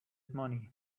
money